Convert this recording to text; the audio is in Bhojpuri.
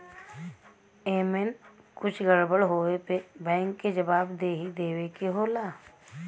एमन कुछ गड़बड़ होए पे बैंक के जवाबदेही देवे के होला